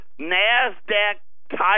NASDAQ-type